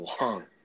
long